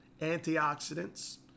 antioxidants